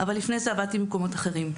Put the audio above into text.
אבל לפני עבדתי במקומות אחרים.